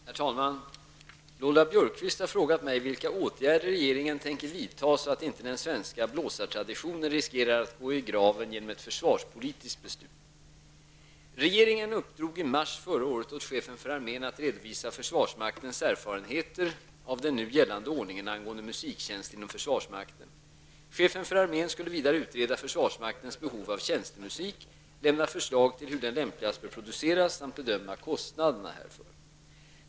Herr talman! Lola Björkquist har frågat mig vilka åtgärder regeringen tänker vidta för att inte den svenska blåsartraditionen skall riskera att gå i graven genom ett försvarspolitiskt beslut. Regeringen uppdrog i mars 1990 åt chefen för armén att redovisa försvarsmaktens erfarenheter av den nu gällande ordningen angående musiktjänst inom försvarsmakten. Chefen för armén skulle vidare utreda försvarsmaktens behov av tjänstemusik, lämna förslag till hur den lämpligast bör produceras samt bedöma kostnaderna härför.